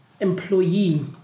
employee